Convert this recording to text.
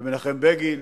מנחם בגין,